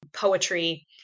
poetry